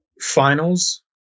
finals